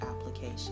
Application